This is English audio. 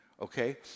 okay